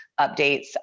updates